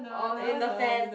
all in the fantasy